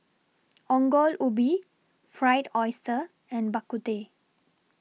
Ongol Ubi Fried Oyster and Bak Kut Teh